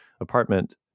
apartment